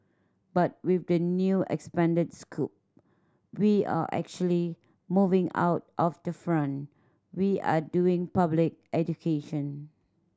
but with the new expanded scope we are actually moving out of the front we are doing public education